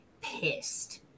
pissed